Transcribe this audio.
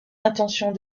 intention